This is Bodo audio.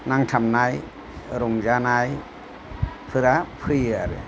नांथाबनाय रंजानायफोरा फैयो आरो